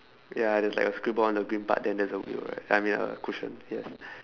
ya there's like a scribble on the green part then there's a wheel right I mean a cushion yes